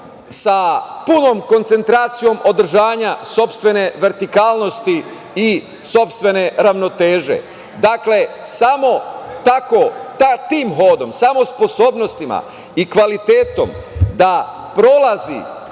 sa punom koncentracijom održanja sopstvene vertikalnosti i sopstvene ravnoteže. Dakle, samo tako sa tim hodom, samo sposobnostima i kvalitetom da prolazi